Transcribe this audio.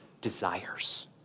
desires